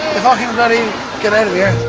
if i can bloody get out of here.